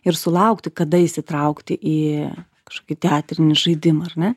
ir sulaukti kada įsitraukti į kažkokį teatrinį žaidimą ar ne